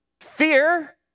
fear